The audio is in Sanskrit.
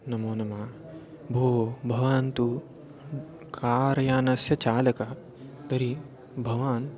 नमो नमः भोः भवान् तु कार् यानस्य चालकः तर्हि भवान्